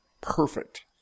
perfect